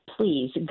please